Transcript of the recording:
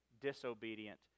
disobedient